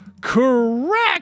correct